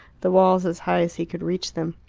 the walls as high as he could reach them.